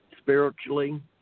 spiritually